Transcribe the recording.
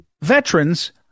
veterans